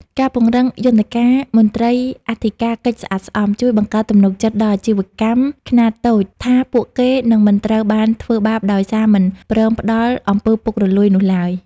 ការពង្រឹងយន្តការ "មន្ត្រីអធិការកិច្ចស្អាតស្អំ" ជួយបង្កើតទំនុកចិត្តដល់អាជីវកម្មខ្នាតតូចថា ពួកគេនឹងមិនត្រូវបានធ្វើបាបដោយសារមិនព្រមផ្ដល់ អំពើពុករលួយ នោះឡើយ។